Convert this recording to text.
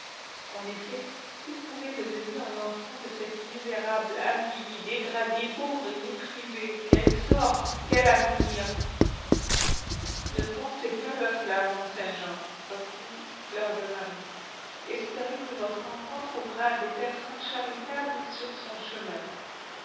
en effet que pouvait devenir l'enfant de cette misérable avilie dégradée pauvre et méprisée quel sort quel avenir ne pensez pas à cela mont-saint-jean reprit fleur de marie espérez que votre enfant trouvera des personnes charitables sur son chemin